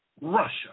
Russia